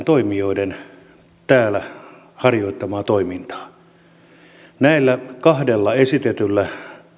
toimijoiden täällä harjoittamaa toimintaa näillä kahdella esitetyllä